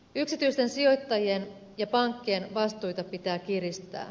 yksityisten sijoittajien ja pankkien vastuita pitää kiristää